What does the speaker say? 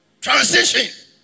transition